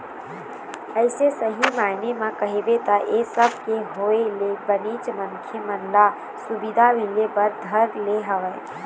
अइसे सही मायने म कहिबे त ऐ सब के होय ले बनेच मनखे मन ल सुबिधा मिले बर धर ले हवय